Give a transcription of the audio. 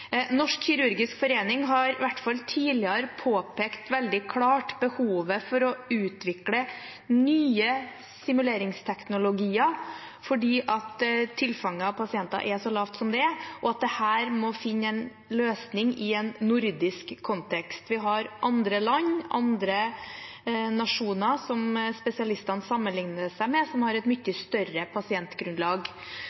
Norsk kirurgisk forening har i hvert fall tidligere påpekt veldig klart behovet for å utvikle nye simuleringsteknologier fordi tilfanget av pasienter er så lavt som det er, at man må finne en løsning på dette i en nordisk kontekst. Vi har andre land, andre nasjoner som spesialistene sammenligner seg med, som har mye